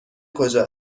کجا